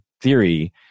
theory